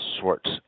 sorts